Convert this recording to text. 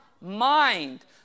mind